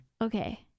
Okay